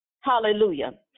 Hallelujah